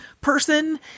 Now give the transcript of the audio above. person